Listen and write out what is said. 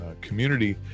community